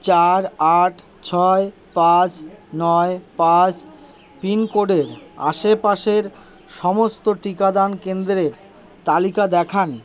চার আট ছয় পাঁচ নয় পাঁচ পিনকোডের আশেপাশের সমস্ত টিকাদান কেন্দ্রের তালিকা দেখান